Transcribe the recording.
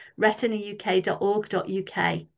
retinauk.org.uk